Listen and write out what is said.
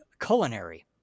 culinary